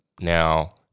now